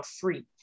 free